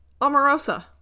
Omarosa